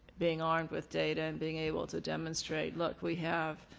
being armed with data and being able to demonstrate look we have,